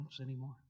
anymore